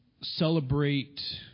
celebrate